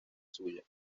suya